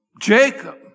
Jacob